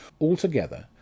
altogether